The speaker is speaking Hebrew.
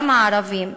גם הערבים,